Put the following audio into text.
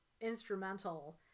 instrumental